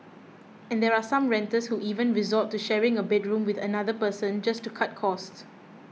and there are some renters who even resort to sharing a bedroom with another person just to cut costs